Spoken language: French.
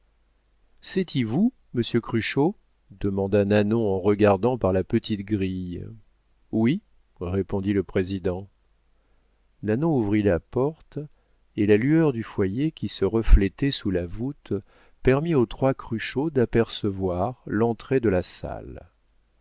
c'est-y vous monsieur cruchot demanda nanon en regardant par la petite grille oui répondit le président nanon ouvrit la porte et la lueur du foyer qui se reflétait sous la voûte permit aux trois cruchot d'apercevoir l'entrée de la salle